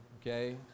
okay